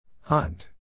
Hunt